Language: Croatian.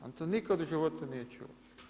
On to nikad u životu nije čuo.